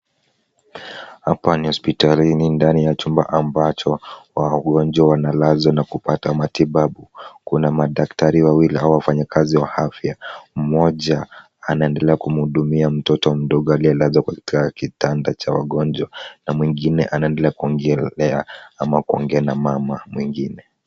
Hapa ni hospitalini ndani ya chumba ambacho wagonjwa wanalazwa na kupata matibabu. Kuna madaktari wawili au wafanyikazi wa afya, mmoja anaendelea kumhudumia mtoto mdogo aliyelazwa katika kitanda cha wagonjwa na mwingine anaendelea kuongelea ama kuongea na mama mwingine.